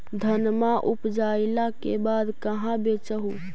धनमा उपजाईला के बाद कहाँ बेच हू?